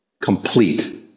complete